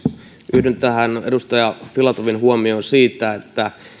yhdyn tähän edustaja filatovin huomioon siitä että